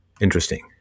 interesting